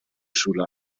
schule